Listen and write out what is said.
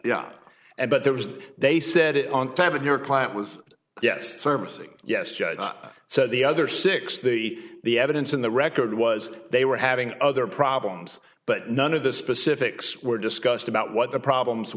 seven and but there was they said it on time that your client was yes services yes judge not so the other six the the evidence in the record was they were having other problems but none of the specifics were discussed about what the problems